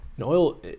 Oil